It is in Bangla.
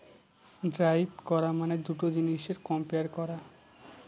ডেরাইভ করা মানে দুটা জিনিসের কম্পেয়ার করা